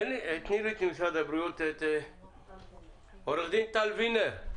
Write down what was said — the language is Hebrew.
תיתני לי את משרד הבריאות, את עורכת דין טל וינר.